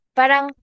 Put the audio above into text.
parang